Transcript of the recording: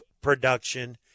production